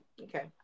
Okay